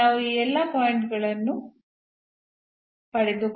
ನಾವು ಈ ಎಲ್ಲಾ ಪಾಯಿಂಟ್ ಗಳನ್ನು ಪಡೆದುಕೊಂಡಿದ್ದೇವೆ